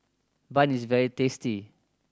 bun is very tasty